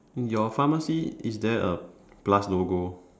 your pharmacy is there a plus logo